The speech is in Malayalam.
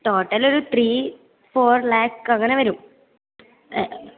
ടോട്ടൽ ഒരു ത്രീ ഫോർ ലാക്ക് അങ്ങനെ വരും